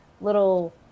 little